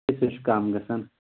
اس لیے چھُ کَم گژھان